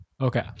Okay